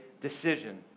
decision